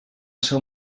seu